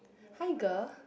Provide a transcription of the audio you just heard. hi girl